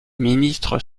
ministres